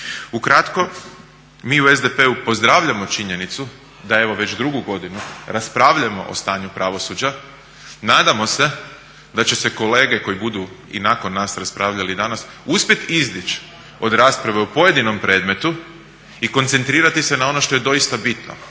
Ukratko, mi u SDP-u pozdravljamo činjenicu da evo već drugu godinu raspravljamo o stanju pravosuđa. Nadamo se da će se kolege koje budu i nakon nas raspravljali danas uspjet izdić od rasprave o pojedinom predmetu i koncentrirati se na ono što je doista bitno,